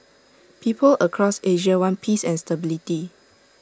people across Asia want peace and stability